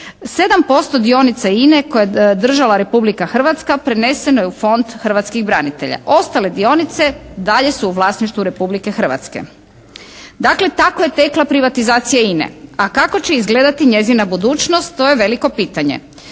7% dionica INA-e koje je držala Republika Hrvatska preneseno je u Fond hrvatskih branitelja. Ostale dionice dalje su u vlasništvu Republike Hrvatske. Dakle tako je tekla privatizacija INA-e. A kako će izgledati njezina budućnost to je veliko pitanje.